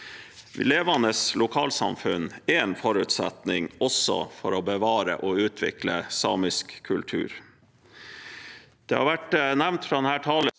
Levende lokalsamfunn er en forutsetning også for å bevare og utvikle samisk kultur.